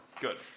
Good